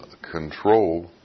control